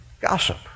Gossip